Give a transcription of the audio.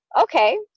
okay